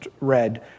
read